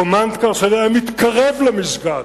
קומנדקר שהיה מתקרב למסגד,